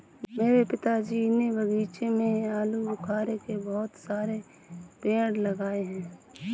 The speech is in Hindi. मेरे पिताजी ने बगीचे में आलूबुखारे के बहुत सारे पेड़ लगाए हैं